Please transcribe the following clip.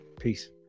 peace